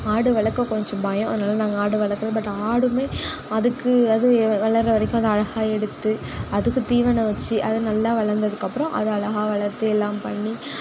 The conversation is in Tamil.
ஆடு வளர்க்க கொஞ்சம் பயம் அதனால நாங்க ஆடு வளர்க்கல பட் ஆடுமே அதுக்கு அது வளருற வரைக்கும் அதை அழகாக எடுத்து அதுக்கு தீவனம் வச்சு அது நல்லா வளர்ந்ததுக்கு அப்புறம் அது அழகாக வளர்த்து எல்லாம் பண்ணி